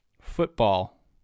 football